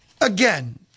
again